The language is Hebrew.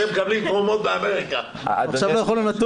אתם מקבלים תרומות מאמריקה -- אדוני היו"ר,